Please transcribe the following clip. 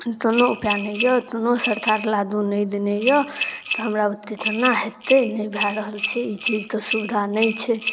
कोनो उपाय नहि अइ कोनो सरकार लाभो नहि देने अइ तऽ हमरा बुते कोना हेतै नहि भऽ रहल छै ई चीजके सुविधा नहि छै